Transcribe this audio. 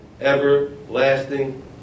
everlasting